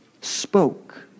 spoke